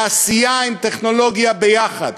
תעשייה עם טכנולוגיה ביחד,